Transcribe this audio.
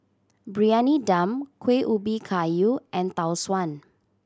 Briyani Dum Kuih Ubi Kayu and Tau Suan